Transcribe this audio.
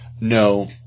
No